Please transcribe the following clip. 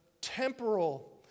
temporal